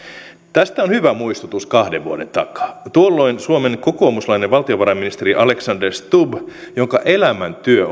tästä on hyvä muistutus kahden vuoden takaa tuolloin suomen kokoomuslainen valtiovarainministeri alexander stubb jonka elämäntyö